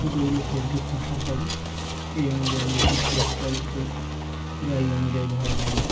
কতগুলো পোলট্রি পোষা হবে সেই অনুযায়ী নির্দিষ্ট স্কোয়ার ফিটে জায়গা অনুযায়ী ঘর বানানো